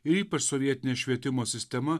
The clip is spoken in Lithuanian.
ir ypač sovietinė švietimo sistema